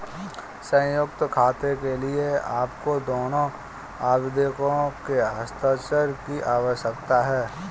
संयुक्त खाते के लिए आपको दोनों आवेदकों के हस्ताक्षर की आवश्यकता है